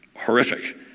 horrific